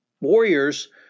Warriors